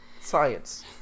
Science